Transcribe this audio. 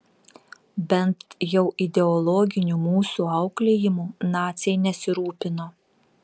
bent jau ideologiniu mūsų auklėjimu naciai nesirūpino